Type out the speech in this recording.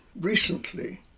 recently